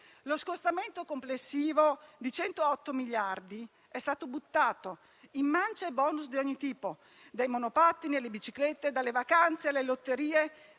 Lo scostamento complessivo di 108 miliardi è stato buttato in mance e *bonus* di ogni tipo, dai monopattini alle biciclette, dalle vacanze alle lotterie.